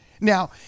now